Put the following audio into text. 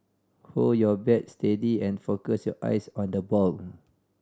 hold your bat steady and focus your eyes on the ball